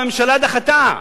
והממשלה דחתה.